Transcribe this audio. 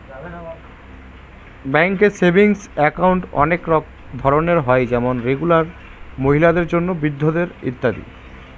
ব্যাঙ্কে savings account অনেক ধরনের হয় যেমন রেগুলার, মহিলাদের জন্য, বৃদ্ধদের ইত্যাদি